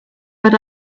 but